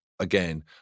Again